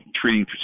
treating